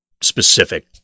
specific